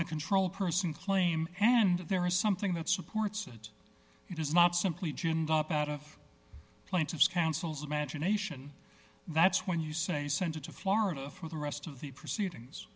and control person claim and there is something that supports it it is not simply ginned up out of plaintiff's cancels imagination that's when you say sent it to florida for the rest of the proceedings